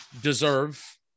deserve